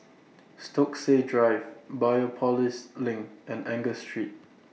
Stokesay Drive Biopolis LINK and Angus Street